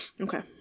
okay